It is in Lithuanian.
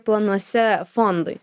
planuose fondui